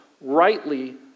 rightly